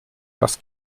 parce